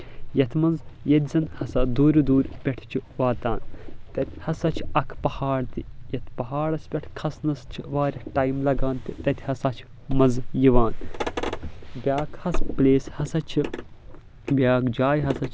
یَتھ منٛز ییٚتہِ زَن ہسا دوٗرِ دوٗرِ پٮ۪ٹھ چھِ واتان تَتہِ ہسا چھ اکھ پہاڑ یَتھ پہاڑس پٮ۪ٹھ کھسنَس چھ واریاہ ٹایم لگان تہٕ تَتہِ ہسا چھ مَزٕ یِوان بیاکھ حظ پلیس ہسا چھ بیاکھ جاے ہسا چھِ